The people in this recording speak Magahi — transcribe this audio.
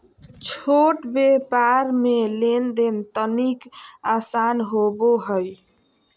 छोट व्यापार मे लेन देन तनिक आसान होवो हय